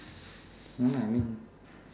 no I mean